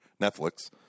Netflix –